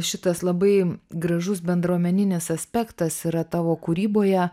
šitas labai gražus bendruomeninis aspektas yra tavo kūryboje